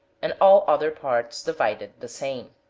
and all other parts divided the same.